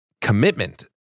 commitment